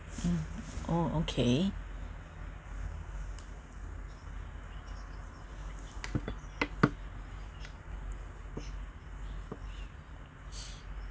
mm oh okay